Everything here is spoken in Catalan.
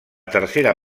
tercera